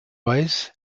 weiß